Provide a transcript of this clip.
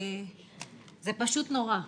זה פשוט נורא,